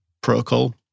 protocol